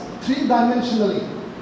three-dimensionally